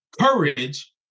Courage